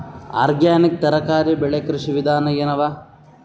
Organic ತರಕಾರಿ ಬೆಳಿ ಕೃಷಿ ವಿಧಾನ ಎನವ?